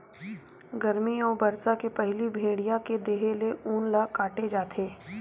गरमी अउ बरसा के पहिली भेड़िया के देहे ले ऊन ल काटे जाथे